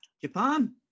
Japan